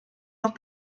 noch